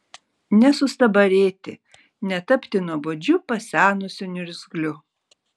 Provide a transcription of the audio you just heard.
nesustabarėti netapti nuobodžiu pasenusiu niurzgliu